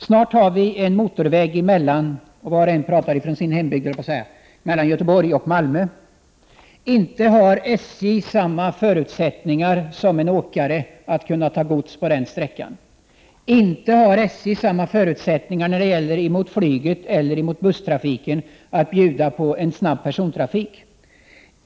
Snart finns det en motorväg mellan Göteborg och Malmö — var och en talar ju om sin hembygd. Inte har SJ samma förutsättningar som en åkare att ta gods på den sträckan. Inte har SJ samma förutsättningar som flyget eller bussarna att bjuda på en snabb persontrafik.